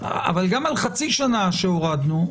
אבל גם על חצי שנה שהורדנו,